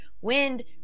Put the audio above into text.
Wind